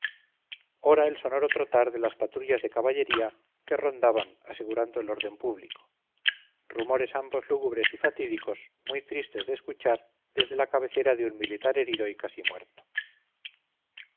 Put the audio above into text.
ora el sonoro trotar de las patrullas de caballería que rondaban asegurando el orden público rumores ambos lúgubres y fatídicos muy tristes de escuchar desde la cabecera de un militar herido y casi muerto